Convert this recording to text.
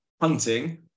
hunting